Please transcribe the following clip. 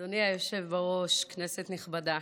אדוני היושב בראש, כנסת נכבדה,